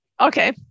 Okay